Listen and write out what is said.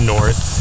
North